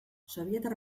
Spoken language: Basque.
sobietar